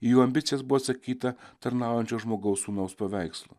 į jų ambicijas buvo atsakyta tarnaujančio žmogaus sūnaus paveikslu